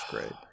great